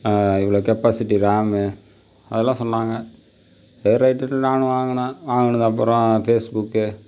இவ்வளோ capacity RAM அதலாம் சொன்னாங்க வேற ஐட்டத்தில் நான் வாங்கினோம் வாங்குனதுக்கு அப்புறம் ஃபேஸ்புக்கு